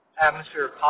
atmosphere